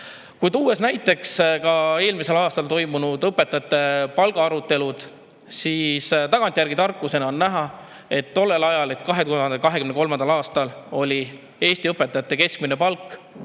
Kui tuua näiteks eelmisel aastal toimunud õpetajate palga arutelud, siis tagantjärgi tarkusena on näha, et tollel ajal ehk 2023. aastal oli Eesti õpetajate keskmine palk